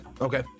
Okay